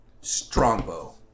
Strongbow